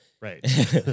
Right